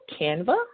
Canva